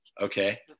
okay